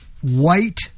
white